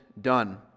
done